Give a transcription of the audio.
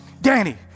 Danny